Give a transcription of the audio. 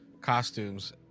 costumes